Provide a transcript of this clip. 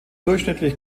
durchschnittlich